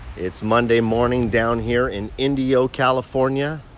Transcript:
it's monday morning down here in indio, california.